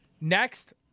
Next